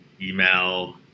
email